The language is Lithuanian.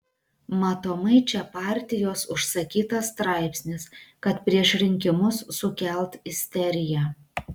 matomai čia partijos užsakytas straipsnis kad prieš rinkimus sukelt isteriją